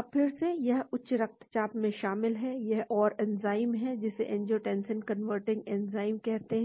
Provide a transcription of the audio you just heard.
अब फिर से यह उच्च रक्तचाप में शामिल है एक और एंजाइम है जिसे एंजियोटेंसिन कन्वर्टिंग एंजाइम कहते हैं